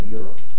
Europe